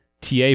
ta